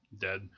dead